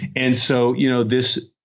and so you know this.